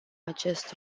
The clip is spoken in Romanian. acest